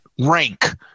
rank